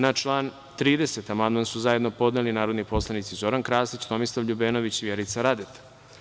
Na član 30. amandman su zajedno podneli narodni poslanici Zoran Krasić, Tomislav LJubenović i Vjerica Radeta.